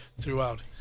throughout